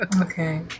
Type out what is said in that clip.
Okay